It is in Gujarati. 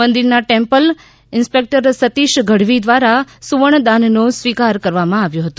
મંદિરના ટેમ્પલ ઈન્સ્પેકટર સતિશ ગઢવી દ્વારા સુવર્ણ દાનનો સ્વીકાર કરવામાં આવ્યો હતો